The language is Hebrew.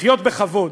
לחיות בכבוד.